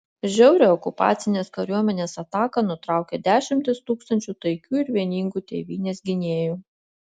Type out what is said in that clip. žiaurią okupacinės kariuomenės ataką nutraukė dešimtys tūkstančių taikių ir vieningų tėvynės gynėjų